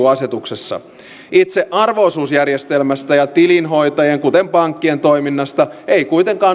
eu asetuksessa itse arvo osuusjärjestelmästä ja tilinhoitajien kuten pankkien toiminnasta ei kuitenkaan ole